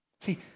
See